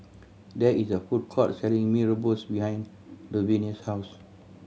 there is a food court selling Mee Rebus behind Luvenia's house